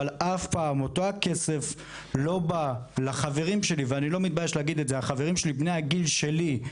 אבל אף פעם אותו הכסף לא בא לחברים שלי בני הגיל שלי,